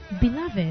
beloved